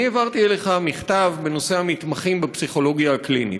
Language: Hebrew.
אני העברתי אליך מכתבים בנושא המתמחים בפסיכולוגיה הקלינית.